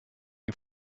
you